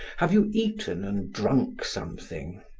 have you eaten and drunk something?